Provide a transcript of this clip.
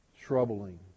troubling